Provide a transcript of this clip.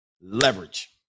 Leverage